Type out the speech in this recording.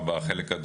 אני רוצה